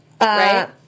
Right